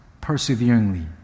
perseveringly